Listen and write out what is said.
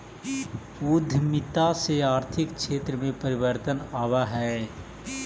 उद्यमिता से आर्थिक क्षेत्र में परिवर्तन आवऽ हई